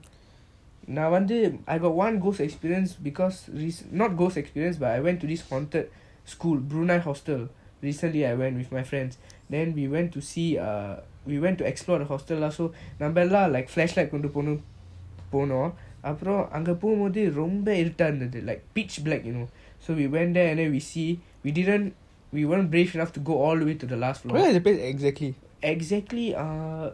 நான் வந்து:naan vanthu I got one ghost experience because risk not ghost experience but I went to this haunted school building hostel recently I went with my friends then we went to see err we went to explore the hostel lah so நம்ம எல்லாம்:namma ellam like flashlight கொண்டு போனோம் அப்புறம் அங்க போன அப்புறம் ரொம்ப இருந்த இருந்துது:kondu ponom apram anga pona apram romba iruta irunthuthu like pitch black you know so we went there and then we see we didn't we weren't brave enough to go all the way to the last floor exactly err